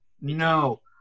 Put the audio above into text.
No